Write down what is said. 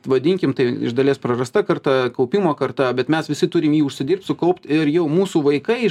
vadinkim tai iš dalies prarasta karta kaupimo karta bet mes visi turim jį užsidirbt sukaupt ir jau mūsų vaikai